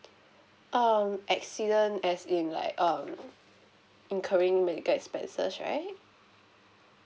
um accident as in like um incurring medical expenses right